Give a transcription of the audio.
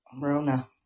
Rona